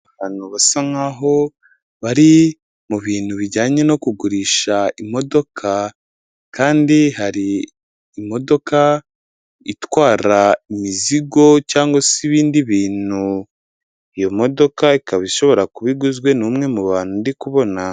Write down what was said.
Abantu basa nk'aho bari mu bintu bijyanye no kugurisha imodoka, kandi hari imodoka itwara imizigo cyangwa se ibindi bintu, iyo modoka ikaba ishobora kuba iguzwe n'umwe mu bantu ndi kubona.